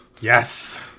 yes